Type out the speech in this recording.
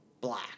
black